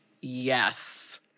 yes